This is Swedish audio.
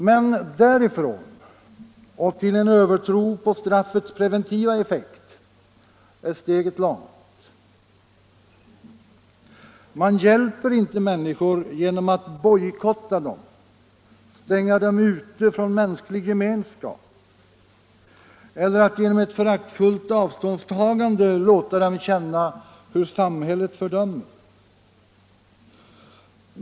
Men därifrån och till en övertro på straffets preventiva effekt är steget långt. Man hjälper inte människor genom att bojkotta dem, stänga dem ute från mänsklig gemenskap eller genom ett föraktfullt avståndstagande låta dem känna hur samhället fördömer.